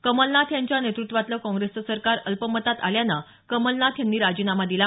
कलमनाथ यांच्या नेतृत्वातलं काँग्रेसचं सरकार अल्पमतात आल्यानं कमलनाथ यांनी राजीनामा दिला